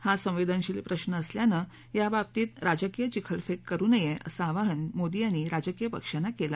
हा संवेदनशील प्रश्न असल्यानं याबाबतीत राजकीय चिखलफेक करु नये असं आवाहन मोदी यांनी राजकीय पक्षांना केलं